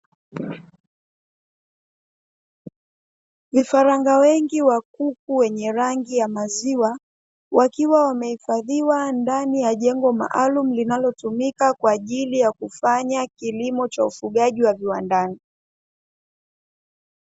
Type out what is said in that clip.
Vifaranga wengi wa kuku wenye rangi ya maziwa, wakiwa wamehifadhiwa ndani ya jengo maalumu linalotumika kwa ajili ya kufanya kilimo cha ufugaji wa viwandani.